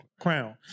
crown